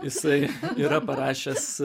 jisai yra parašęs